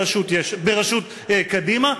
בראשות קדימה,